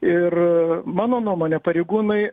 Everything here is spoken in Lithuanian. ir mano nuomone pareigūnai